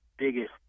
biggest